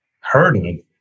hurting